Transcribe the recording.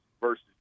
versus